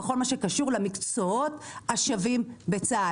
בכל מה שקשור למקצועות השווים בצה"ל.